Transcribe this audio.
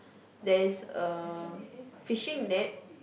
there's a fishing net